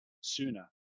sooner